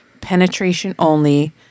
penetration-only